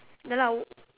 ya lah